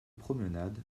promenade